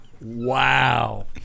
wow